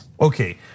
okay